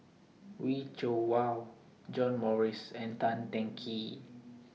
Wee Cho Yaw John Morrice and Tan Teng Kee